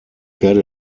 werde